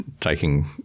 taking